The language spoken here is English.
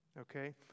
okay